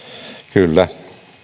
kyllä